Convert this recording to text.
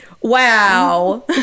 wow